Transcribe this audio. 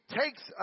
takes